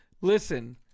Listen